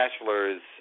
bachelor's